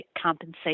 compensate